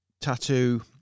tattoo